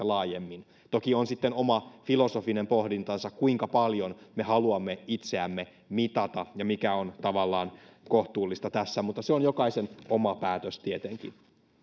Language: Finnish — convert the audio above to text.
laajemmin toki on sitten oma filosofinen pohdintansa kuinka paljon me haluamme itseämme mitata ja mikä on tavallaan kohtuullista tässä mutta se on jokaisen oma päätös tietenkin